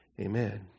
Amen